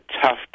tough